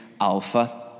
Alpha